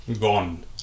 gone